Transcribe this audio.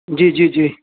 جی جی جی